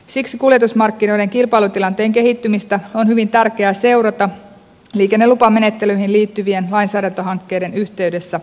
siksi kuljetusmarkkinoiden kilpailutilanteen kehittymistä on hyvin tärkeää seurata liikennelupamenettelyihin liittyvien lainsäädäntöhankkeiden yhteydessä tulevaisuudessa